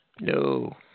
No